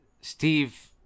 Steve